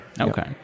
Okay